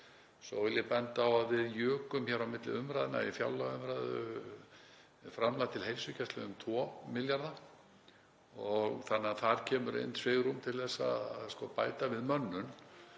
Svo vil ég benda á að við jukum á milli umræðna í fjárlagaumræðu framlag til heilsugæslu um 2 milljarða þannig að þar kemur inn svigrúm til að bæta við mönnun.